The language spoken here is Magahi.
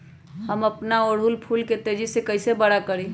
हम अपना ओरहूल फूल के तेजी से कई से बड़ा करी?